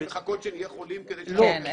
הן מחכות שנהיה חולים כדי ש --- כן,